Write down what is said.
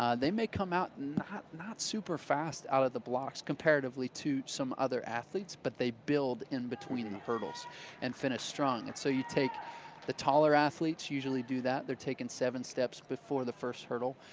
um they may come out not not super fast out of the blocks comparatively to some other athletes, but they build in between the hurdles and finish strong. so you take the taller athletes usually do that. they're taking seven steps before the first hurdle.